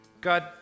God